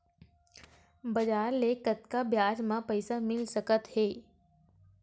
बजार ले कतका ब्याज म पईसा मिल सकत हे?